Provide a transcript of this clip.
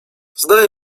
zdaje